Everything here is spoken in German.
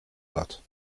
blatt